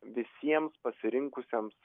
visiems pasirinkusiems